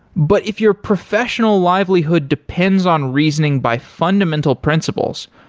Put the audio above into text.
but if your professional livelihood depends on reasoning by fundamental principles,